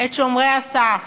את שומרי הסף.